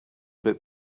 bit